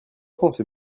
pensez